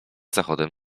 zachodem